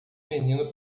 menino